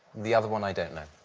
the other one i don't know.